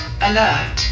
alert